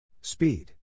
Speed